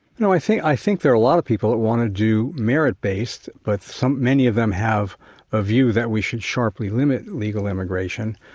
no, i think i think there are a lot of people that want to do merit based, but many of them have a view that we should sharply limit legal immigration.